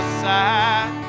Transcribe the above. side